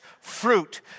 fruit